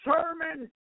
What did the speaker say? sermon